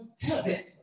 heaven